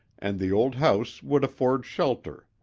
and the old house would afford shelter,